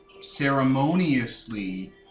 ceremoniously